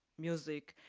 music,